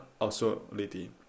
authority